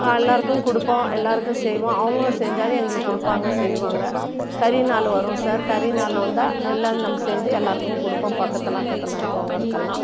எல்லாருக்கும் கொடுப்போம் எல்லோருக்கும் செய்வோம் அவங்களும் செஞ்சாலும் எங்களுக்கு கொடுப்பாங்க சரிவாங்க கறி நாள் வரும் சார் கறி நாள் வந்தால் எல்லாம் நம் செஞ்சு எல்லோருக்கும் கொடுப்போம் பக்கத்தில் அக்கத்தில் இருக்கறவங்களுக்கு எல்லாம்